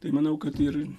tai manau kad ir